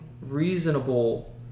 reasonable